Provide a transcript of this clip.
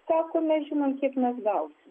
sako mes žinom kiek mes gausim